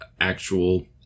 actual